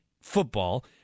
football